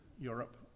Europe